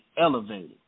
elevated